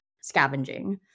scavenging